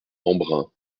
embrun